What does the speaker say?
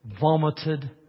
vomited